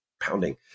pounding